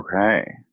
Okay